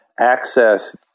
access